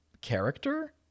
character